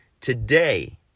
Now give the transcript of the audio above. today